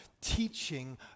teaching